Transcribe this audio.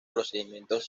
procedimientos